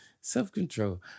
Self-control